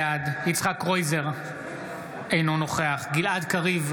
בעד יצחק קרויזר, אינו נוכח גלעד קריב,